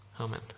Amen